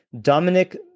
Dominic